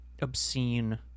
obscene